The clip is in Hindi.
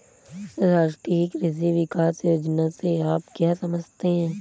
राष्ट्रीय कृषि विकास योजना से आप क्या समझते हैं?